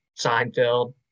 seinfeld